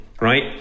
right